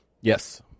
yes